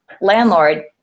landlord